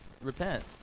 repent